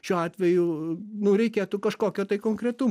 šiuo atveju mum reikėtų kažkokio tai konkretumo